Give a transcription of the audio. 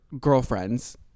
girlfriends